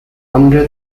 under